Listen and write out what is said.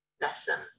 lesson